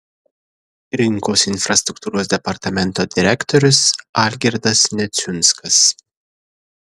rinkos infrastruktūros departamento direktorius algirdas neciunskas